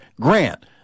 Grant